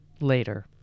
later